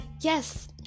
yes